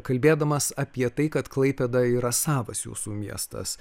kalbėdamas apie tai kad klaipėda yra savas jūsų miestas